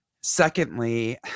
Secondly